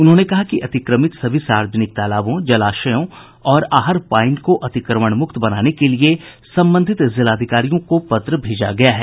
उन्होंने कहा कि अतिक्रमित सभी सार्वजनिक तालाबों जलाशयों और आहर पईन को अतिक्रमण मुक्त बनाने के लिये संबंधित जिलाधिकारियों को पत्र भेजा गया है